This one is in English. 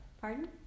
Pardon